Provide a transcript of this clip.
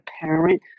parent